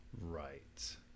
right